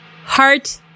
Heart